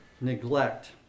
neglect